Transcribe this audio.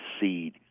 Seed